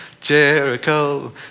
Jericho